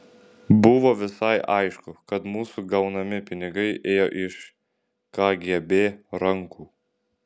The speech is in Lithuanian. buvo visai aišku kad mūsų gaunami pinigai ėjo iš kgb rankų